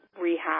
rehab